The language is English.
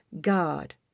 God